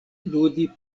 ludi